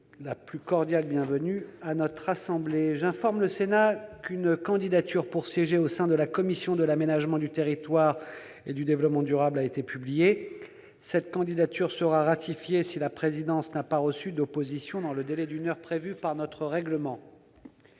la plus cordiale bienvenue. J'informe le Sénat qu'une candidature pour siéger au sein de la commission de l'aménagement du territoire et du développement durable a été publiée. Cette candidature sera ratifiée si la présidence n'a pas reçu d'opposition dans le délai d'une heure prévu par notre règlement.